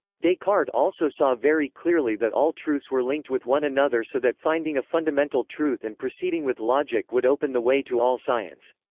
descartes also saw very clearly that all truths were linked with one another so that finding a fundamental truth and proceeding with logic would open the way to all science.